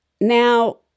Now